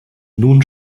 nun